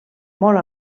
molt